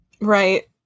Right